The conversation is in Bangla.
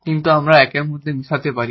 কিন্তু আমরা একের মধ্যে মিশাতে পারি